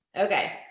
okay